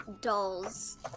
dolls